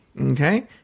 Okay